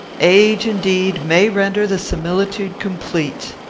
age, indeed, may render the similitude complete.